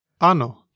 Ano